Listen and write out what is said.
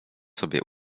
sobie